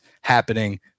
happening